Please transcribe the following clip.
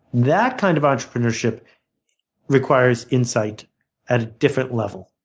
that kind of entrepreneurship requires insight at a different level.